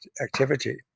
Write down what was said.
activity